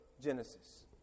Genesis